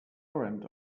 current